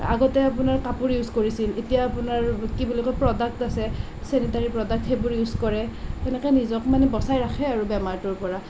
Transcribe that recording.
আগতে আপোনাৰ কাপোৰ ইউজ কৰিছিল এতিয়া আপোনাৰ কি বুলি কয় প্ৰডাক্ট আছে চেনিটেৰী প্ৰডাক্ট সেইবোৰ ইউজ কৰে তেনেকৈ নিজক মানে বচাই ৰাখে আৰু বেমাৰটোৰ পৰা